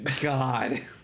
God